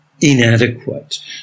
inadequate